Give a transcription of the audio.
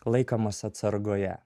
laikomas atsargoje